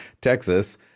Texas